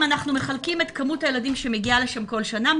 אם אנחנו מחלקים את כמות הילדים שמגיעה לשם כל שנה,